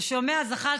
אתה שומע, זחאלקה?